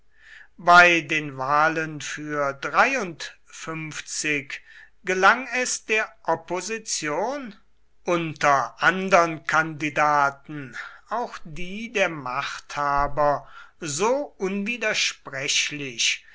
bei den wahlen für gelang es der opposition unter andern kandidaten auch die der machthaber so